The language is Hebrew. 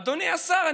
אדוני השר,